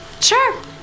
Sure